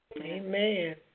Amen